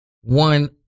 one